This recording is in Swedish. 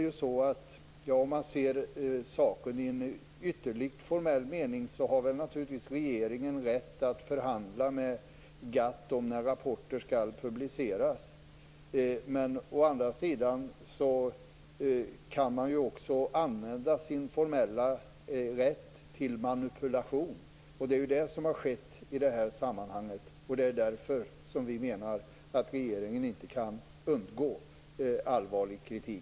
Om man ser saken i ytterligt formell mening har naturligtvis regeringen rätt att förhandla med GATT om när rapporter skall publiceras. Men å andra sidan kan man också använda sin formella rätt till manipulation. Det är vad som skett i det här sammanhanget. Det är därför som vi menar att regeringen inte kan undgå allvarlig kritik.